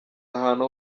ahantu